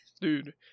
Dude